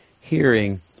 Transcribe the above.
hearing